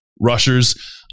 rushers